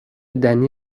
دنی